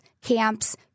camps